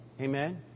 Amen